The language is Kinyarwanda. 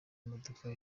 imodoka